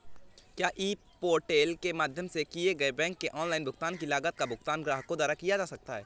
क्या e portal के माध्यम से किए गए बैंक के ऑनलाइन भुगतान की लागत का भुगतान ग्राहकों द्वारा किया जाता है?